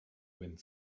wind